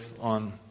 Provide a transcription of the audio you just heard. on